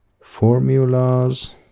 formulas